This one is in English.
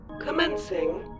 Commencing